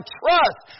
trust